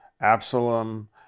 Absalom